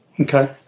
Okay